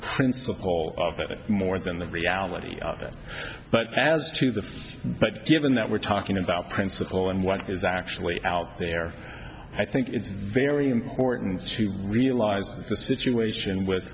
principle of that more than the reality of it but as to the but given that we're talking about principle and what is actually out there i think it's very important to realize that the situation with